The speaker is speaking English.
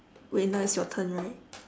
wait now it's your turn right